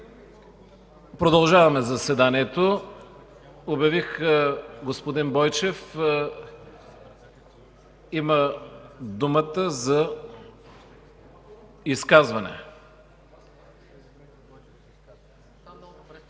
Продължаваме заседанието. Обявих, господин Бойчев има думата за изказване.